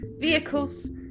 vehicles